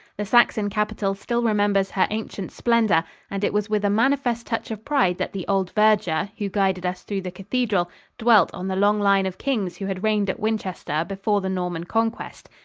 the saxon capital still remembers her ancient splendor and it was with a manifest touch of pride that the old verger who guided us through the cathedral dwelt on the long line of kings who had reigned at winchester before the norman conquest.